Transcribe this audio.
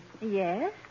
Yes